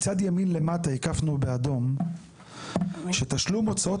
מצד ימין למטה הקפנו באדום שתשלום הוצאות